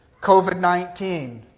COVID-19